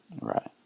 Right